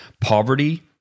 Poverty